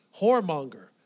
whoremonger